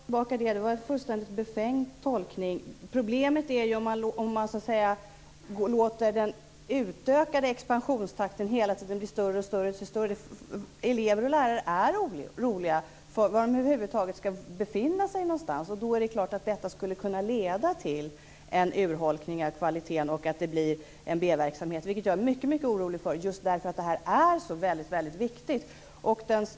Fru talman! Det är självklart att jag inte tar något tillbaka. Det var en fullständigt befängd tolkning. Problemet uppstår när man låter expansionstakten bli större och större. Elever och lärare är oroliga för var de över huvud taget skall befinna sig någonstans. Det kan leda till en urholkning av kvaliteten och att det blir en B-verksamhet. Jag är mycket orolig för det. Frågan är viktig.